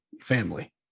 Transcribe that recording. family